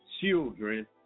children